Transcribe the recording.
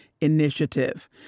Initiative